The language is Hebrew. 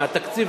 מהתקציב,